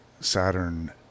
Saturn